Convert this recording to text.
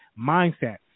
mindset